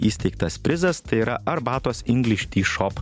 įsteigtas prizas tai yra arbatos ingliš tyšop